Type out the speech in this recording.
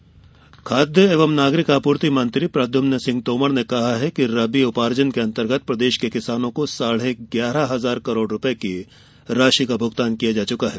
गेहूं खरीदी खाद्य एवं नागरिक आपूर्ति मंत्री प्रद्युम्न सिंह तोमर ने रबी उपार्जन के अंतर्गत प्रदेश के किसानों को साढ़े ग्यारह हजार करोड़ रूपये की राशि का भुगतान किया जा चुका है